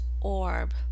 orb